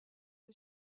who